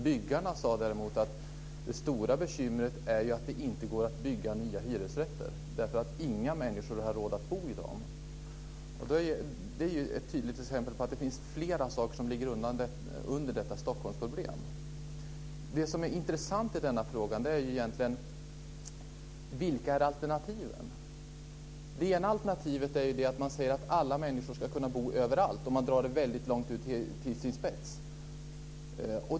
Byggarna, däremot, sade att det stora bekymret är att det inte går att bygga nya hyresrätter eftersom inga människor har råd att bo i dem. Det är ett tydligt exempel på att det finns mycket som ligger under detta Stockholmsproblem. Det som är intressant i frågan är: Vilka är alternativen? Det ena alternativet är att man säger att alla människor ska kunna bo överallt, och man drar det till sin spets.